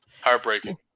Heartbreaking